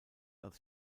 als